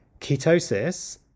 Ketosis